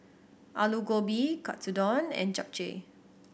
Alu Gobi Katsudon and Japchae